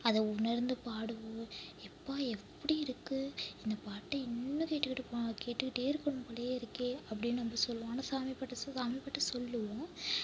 அதை உணர்ந்து பாடுவோம் எப்பா எப்படிருக்கு இந்த பாட்டை இன்னும் கேட்டுகிட்டுருப்போம் கேட்டுட்டேயிருக்குணும் போலவே இருக்கு அப்படின்னு நம்ம சொல்வோம் ஆனால் சாமி பாட்டை சொல்ல சாமி பாட்டை சொல்வோம் ஆனால் எப்போ சொல்வோம்